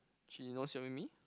she knows you're with me